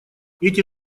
эти